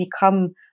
become